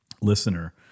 listener